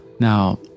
Now